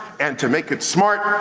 and to make it smart,